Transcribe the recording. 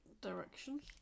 directions